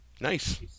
Nice